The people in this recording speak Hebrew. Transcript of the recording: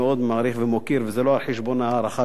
וזה לא על חשבון ההערכה שלי לשר האוצר,